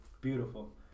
Beautiful